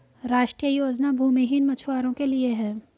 राष्ट्रीय योजना भूमिहीन मछुवारो के लिए है